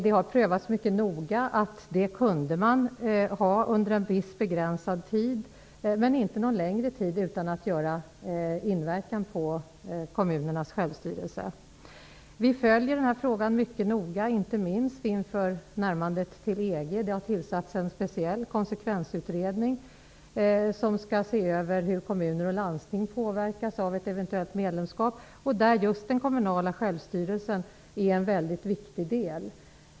Det har prövats mycket noga, och man kom fram till att man kunde ha ett sådant skattestopp under en viss tid, dock inte under någon längre period, utan att det skulle få någon inverkan på kommunernas självstyrelse. Vi följer denna fråga mycket noga, inte minst inför närmandet till EG. Det har tillsatts en speciell konsekvensutredning, som skall studera hur kommuner och landsting påverkas av ett eventuellt medlemskap, och i det sammanhanget är den kommunala självstyrelsen en mycket viktig del.